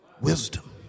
Wisdom